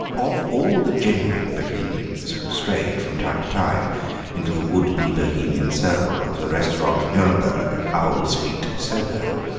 of all the genuine bohemians who strayed from time to time into the would be bohemian circle of the restaurant nuremberg, owl street, soho,